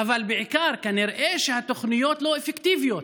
אבל בעיקר נראה שהתוכניות לא אפקטיביות.